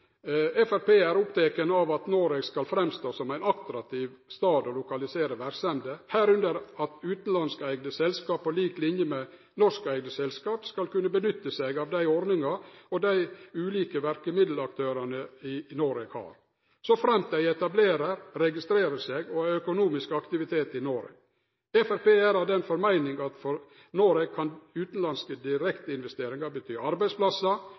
er oppteke av at Noreg skal framstå som ein attraktiv stad å lokalisere verksemder, medrekna at utanlandskeigde selskap på lik linje med norskeigde selskap skal kunne dra nytte av dei ordningane og dei ulike verkemiddelaktørane som er i Noreg, såframt dei etablerer og registrerer seg og har økonomisk aktivitet i Noreg. Framstegspartiet er av den meininga at for Noreg kan utanlandske direkteinvesteringar bety arbeidsplassar,